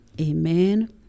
Amen